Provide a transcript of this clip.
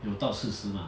有到四十吗